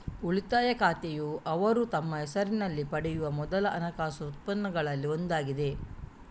ಉಳಿತಾಯ ಖಾತೆಯುಅವರು ತಮ್ಮ ಹೆಸರಿನಲ್ಲಿ ಪಡೆಯುವ ಮೊದಲ ಹಣಕಾಸು ಉತ್ಪನ್ನಗಳಲ್ಲಿ ಒಂದಾಗಿದೆ